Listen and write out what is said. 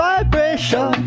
Vibration